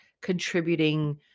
contributing